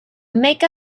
make